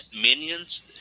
minions